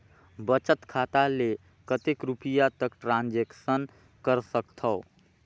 बचत खाता ले कतेक रुपिया तक ट्रांजेक्शन कर सकथव?